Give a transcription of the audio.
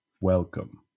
Welcome